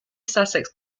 sussex